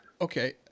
Okay